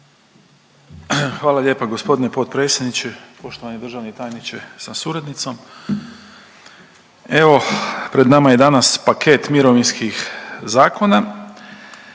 Hvala lijepa gospodine potpredsjedniče, poštovani državni tajniče sa suradnicom. Evo pred nama je danas paket mirovinskih zakona